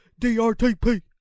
DRTP